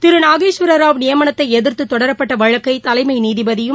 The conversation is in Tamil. திரு நாகேஸ்வரராவ் நியமனத்தை எதிர்த்து தொடரப்பட்ட வழக்கை தலைமை நீதிபதியும்